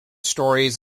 stories